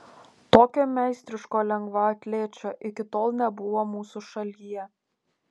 tokio meistriško lengvaatlečio iki tol nebuvo mūsų šalyje